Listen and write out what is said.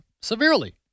severely